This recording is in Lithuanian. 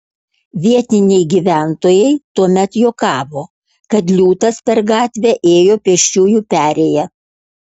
vietiniai gyventojai tuomet juokavo kad liūtas per gatvę ėjo pėsčiųjų perėja